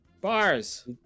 Bars